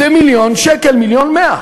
זה מיליון שקל, מיליון ו-100.